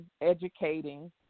educating